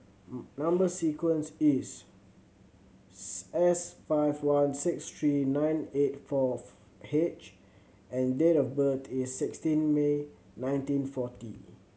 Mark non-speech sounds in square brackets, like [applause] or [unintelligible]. [noise] number sequence is [unintelligible] S five one six three nine eight fourth H and date of birth is sixteen May nineteen forty